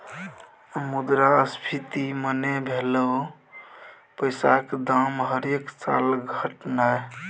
मुद्रास्फीति मने भलौ पैसाक दाम हरेक साल घटनाय